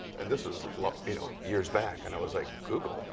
and this was like you know years back. and i was like, google?